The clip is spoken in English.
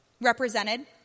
represented